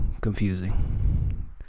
confusing